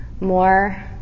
more